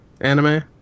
anime